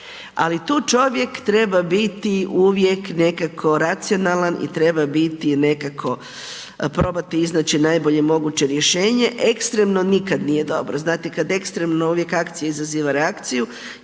ali tu čovjek treba biti uvijek nekako racionalan i treba biti nekako, probati iznaći najbolje moguće rješenje, ekstremno nikad nije dobro, znate kad ekstremno uvijek akcije izaziva reakciju,